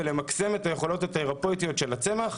ולמקסם את היכולות התרפויטיות של הצמח,